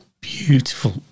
Beautiful